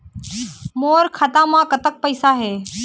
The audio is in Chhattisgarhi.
मोर खाता मे कतक पैसा हे?